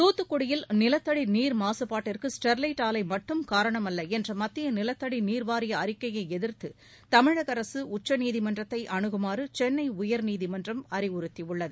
துத்துக்குடியில் நிலத்தடி நீர் மாசுப்பட்டதற்கு ஸ்டெர்வைட் ஆலை மட்டும் காரணமல்ல என்ற மத்திய நிலத்தடி நீர் வாரிய அறிக்கையை எதிர்த்து தமிழக அரசு உச்சநீதிமன்றத்தை அனுகுமாறு சென்னை உயர்நீதிமன்றம் அறிவுறுத்தியுள்ளது